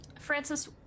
Francis